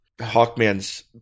Hawkman's